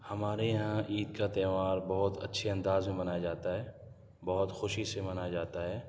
ہمارے یہاں عید کا تہوار بہت اچھے انداز میں منایا جاتا ہے بہت خوشی سے منایا جاتا ہے